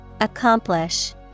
Accomplish